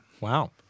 Wow